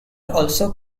also